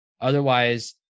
Otherwise